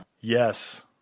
Yes